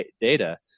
data